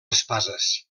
espases